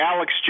Alex